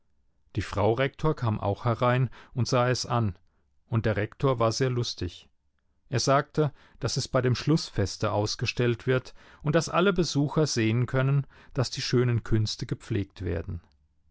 die frau rektor kam auch herein und sah es an und der rektor war sehr lustig er sagte daß es bei dem schlußfeste ausgestellt wird und daß alle besucher sehen können daß die schönen künste gepflegt werden